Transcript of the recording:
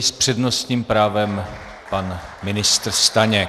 S přednostním právem pan ministr Staněk.